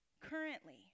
currently